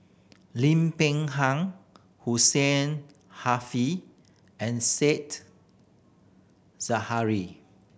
Lim Peng Han Hussein and Said Zahari